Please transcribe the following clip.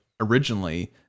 originally